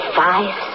five